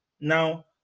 Now